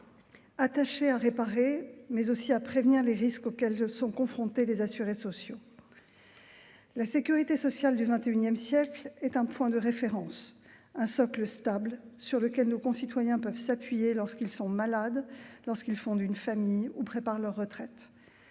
attachée à réparer mais aussi à prévenir les risques auxquels sont confrontés les assurés sociaux, la sécurité sociale du XXIsiècle est un point de référence, un socle stable sur lequel nos concitoyens peuvent s'appuyer lorsqu'ils sont malades, lorsqu'ils fondent une famille ou préparent leur retraite.